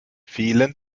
vielen